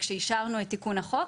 כשאישרנו את תיקון החוק.